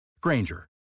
Granger